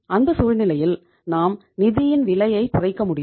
அந்த சூழ்நிலையில் நாம் நிதியின் விலையை குறைக்கமுடியும்